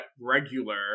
regular